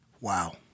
Wow